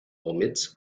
omits